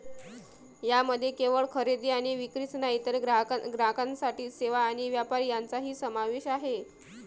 यामध्ये केवळ खरेदी आणि विक्रीच नाही तर ग्राहकांसाठी सेवा आणि व्यापार यांचाही समावेश आहे